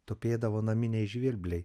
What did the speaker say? tupėdavo naminiai žvirbliai